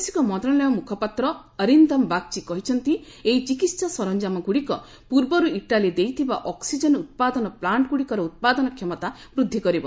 ବୈଦେଶିକ ମନ୍ତ୍ରଣାଳୟ ମ୍ରଖପାତ୍ ଅରିନ୍ଦମ ବାଗ୍ଚି କହିଛନ୍ତି ଏହି ଚିକିତ୍ସା ସରଞ୍ଜାମ ଗ୍ରଡ଼ିକ ପୂର୍ବର୍ ଇଟାଲୀ ଦେଇଥିବା ଅକ୍ନିଜେନ୍ ଉତ୍ପାଦନ ପ୍ଲାଣ୍ଟ ଗୁଡ଼ିକର ଉତ୍ପାଦନ କ୍ଷମତା ବୃଦ୍ଧି କରିବ